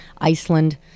Iceland